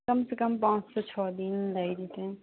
कम से कम पाँच से छओ दिन लागि जेतै